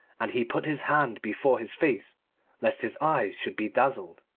and he put his hands before his face lest his eyes should be dazzled.